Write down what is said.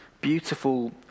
beautiful